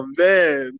man